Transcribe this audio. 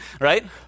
Right